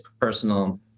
personal